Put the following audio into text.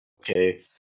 okay